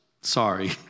Sorry